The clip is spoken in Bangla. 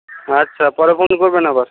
আচ্ছা পরে ফোন করবেন আবার